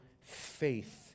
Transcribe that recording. faith